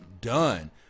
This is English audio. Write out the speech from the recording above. done